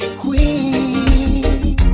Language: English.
queen